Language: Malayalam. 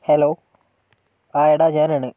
ഹലോ ആ എടാ ഞാനാണ്